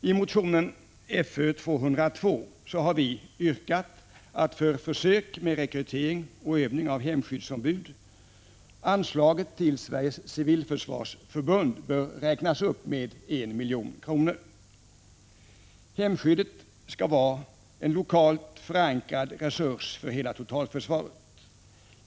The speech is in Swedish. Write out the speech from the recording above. I motion Fö202 har vi moderater yrkat att anslaget till Sveriges civilförsvarsförbund för försök med rekrytering och övning av hemskyddsombud bör räknas upp med 1 milj.kr. Hemskyddet skall vara en lokalt förankrad resurs för hela totalförsvaret.